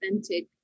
authentic